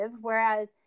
Whereas